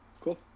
Cool